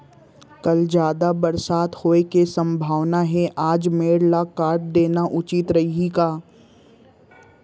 कल जादा बरसात होये के सम्भावना हे, आज मेड़ ल काट देना उचित रही का?